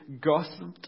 gossiped